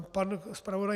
Pan zpravodaj